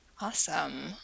Awesome